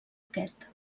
aquest